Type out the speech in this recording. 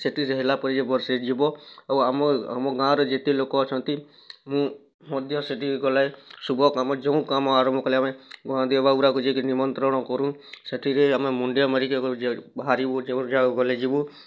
ସେଠି ହେଲା ପରେ ସେ ବର ସେ ଯିବ ଆଉ ଆମ ଆମ ଗାଁ ର ଯେତେ ଲୋକ ଅଛନ୍ତି ମୁଁ ମଧ୍ୟ ସେଠିକି ଗଲେ ଶୁଭ କାମ୍ ରେ ଯେଉଁ କାମ୍ ଆରମ୍ଭ କଲାବେଳେ ଭଗଦେବ ବାଗୁରା କୁ ଯାଇକି ନିମନ୍ତ୍ରଣ କରୁ ସେଠିକି ଆମେ ମୁଣ୍ଡିଆ ମାରିକି ବାହାରିବୁ ଯେଉଁ ଜାଗାକୁ ଗଲେ ଯିବୁ